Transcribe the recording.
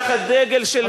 תחת דגל של מי?